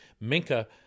Minka